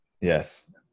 yes